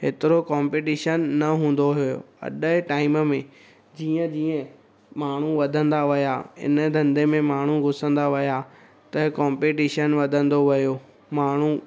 हेतिरो कॉम्पिटीशन न हूंदो हुओ अॼु जे टाइम में जीअं जीअं माण्हू वधंदा विया इन धंधे में माण्हू घुसंदा विया त कॉम्पिटीशन वधंदो वियो माण्हू